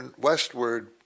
westward